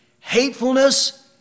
Hatefulness